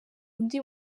undi